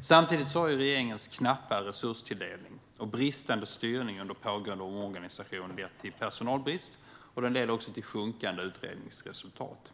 Samtidigt har regeringens knappa resurstilldelning och bristande styrning under pågående omorganisation lett till personalbrist och sjunkande utredningsresultat.